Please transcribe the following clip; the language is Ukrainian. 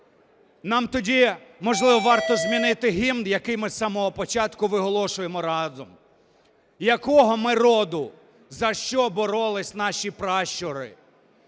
Нам тоді, можливо, варто змінити гімн, який ми з самого початку виголошуємо разом? Якого ми роду? За що боролись наші пращури?